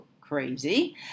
crazy